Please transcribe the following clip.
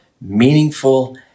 meaningful